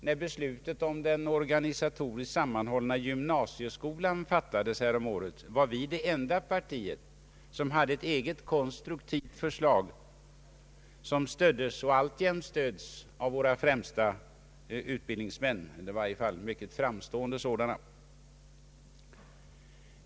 När beslutet om den organisatoriskt sammanhållna gymnasieskolan fattades häromåret var vi det enda parti som hade ett eget konstruktivt förslag, vilket stöddes och alltjämt stöds av våra främsta utbildningsmän, eller i varje fall mycket framstående sådana.